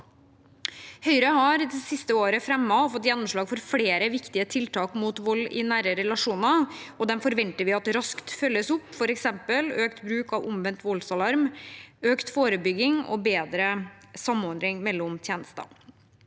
Høyre har det siste året fremmet og fått gjennomslag for flere viktige tiltak mot vold i nære relasjoner, og de forventer vi at raskt følges opp. Det gjelder f.eks. økt bruk av omvendt voldsalarm, økt forebygging og bedre samhandling mellom tjenestene.